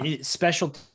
special